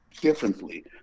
differently